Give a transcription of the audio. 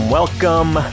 welcome